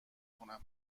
کنم